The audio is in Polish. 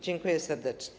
Dziękuję serdecznie.